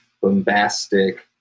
bombastic